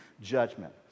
judgment